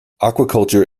aquaculture